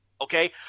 okay